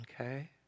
Okay